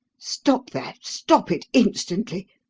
stop that! stop it instantly!